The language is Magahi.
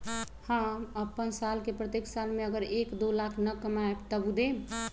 हम अपन साल के प्रत्येक साल मे अगर एक, दो लाख न कमाये तवु देम?